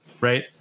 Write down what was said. right